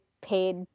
paid